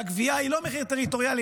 והגבייה היא לא מחיר טריטוריאלי,